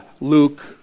Luke